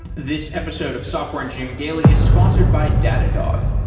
this episode of software engineering daily is sponsored by datadog.